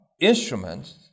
instruments